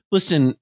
Listen